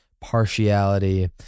partiality